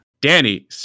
Danny